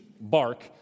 bark